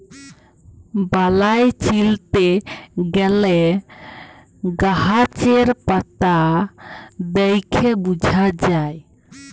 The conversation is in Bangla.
বালাই চিলতে গ্যালে গাহাচের পাতা দ্যাইখে বুঝা যায়